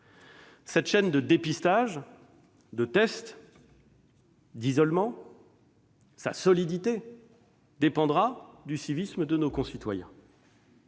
cette chaîne de dépistage, de test et d'isolement dépendra du civisme de nos concitoyens.